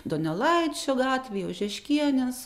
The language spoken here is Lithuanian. donelaičio gatvėj ožeškienės